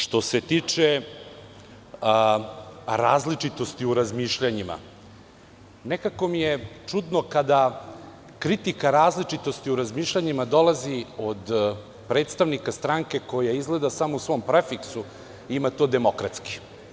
Što se tiče različitosti u razmišljanjima, nekako mi je čudno kada kritika različitosti u razmišljanjima dolazi od predstavnika stranke koja izgleda samo u svom prefiksu ima to – demokratski.